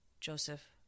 joseph